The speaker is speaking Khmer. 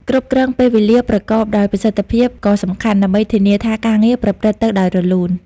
គ្រប់គ្រងពេលវេលាប្រកបដោយប្រសិទ្ធភាពក៏សំខាន់ ដើម្បីធានាថាការងារប្រព្រឹត្តទៅដោយរលូន។